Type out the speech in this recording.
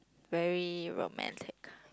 very romantic